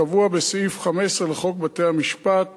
קבוע בסעיף 15 לחוק בתי-המשפט